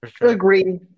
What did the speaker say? agree